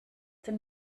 denn